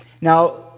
now